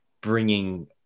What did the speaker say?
bringing